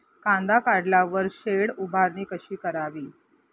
कांदा काढल्यावर शेड उभारणी कशी करावी?